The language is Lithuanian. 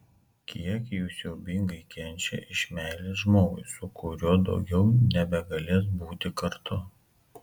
kiek jų siaubingai kenčia iš meilės žmogui su kuriuo daugiau nebegalės būti kartu